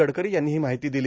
गडकरी यांनी ही माहिती दिली